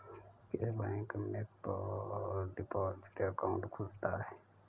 किस बैंक में deposit account खुलता है?